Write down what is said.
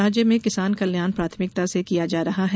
राज्य में किसान कल्याण प्राथमिकता से किया जा रहा है